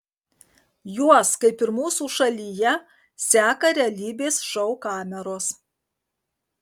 juos kaip ir mūsų šalyje seka realybės šou kameros